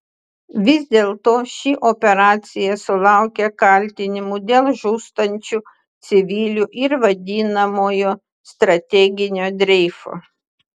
vis dėlto ši operacija sulaukia kaltinimų dėl žūstančių civilių ir vadinamojo strateginio dreifo